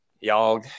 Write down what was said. y'all